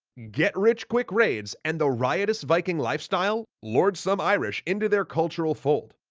get-rich-quick raids and the riotous viking lifestyle lured some irish into their cultural fold,